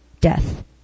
death